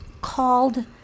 called